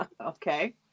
Okay